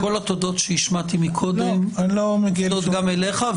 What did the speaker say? אז כל התודות שהשמעתי מקודם מופנות גם אליך,